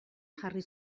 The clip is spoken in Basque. jarri